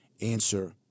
answer